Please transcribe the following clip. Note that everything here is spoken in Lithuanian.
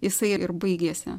jisai ir baigėsi